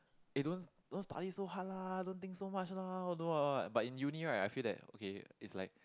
eh don't don't study so hard lah don't think so much lah all the what what but in uni right I feel that okay it's like